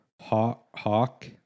Hawk